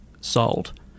sold